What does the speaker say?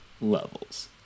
levels